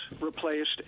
replaced